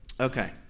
Okay